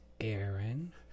Aaron